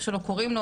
איך שלא קוראים לו